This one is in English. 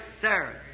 sir